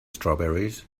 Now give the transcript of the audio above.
strawberries